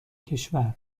کشور